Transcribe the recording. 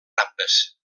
rampes